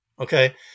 Okay